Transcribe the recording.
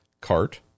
cart